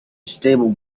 stable